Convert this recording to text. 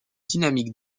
dynamiques